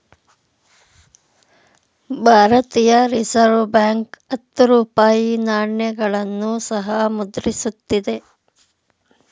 ಭಾರತೀಯ reserve bank ಹತ್ತು ರೂಪಾಯಿ ನಾಣ್ಯಗಳನ್ನು ಸಹ ಮುದ್ರಿಸುತ್ತಿದೆ